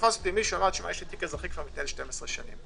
מישהו אחר לי: יש לי תיק אזרחי שמתנהל כבר 12 שנים.